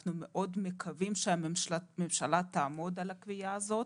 אנחנו מאוד מקווים שהממשלה תעמוד על הקביעה הזאת